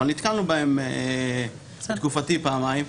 אבל בתקופתי נתקלנו בזה כבר פעמיים.